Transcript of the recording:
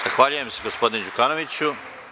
Zahvaljujem se gospodine Đukanoviću.